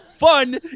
fun